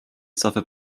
suffer